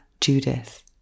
Judith